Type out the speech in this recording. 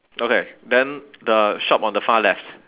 okay then the shop on the far left